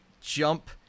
jump